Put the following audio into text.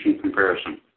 comparison